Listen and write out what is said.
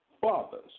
Fathers